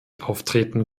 auftreten